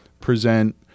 present